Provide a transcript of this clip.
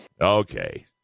Okay